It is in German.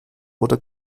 oder